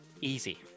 easy